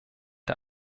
der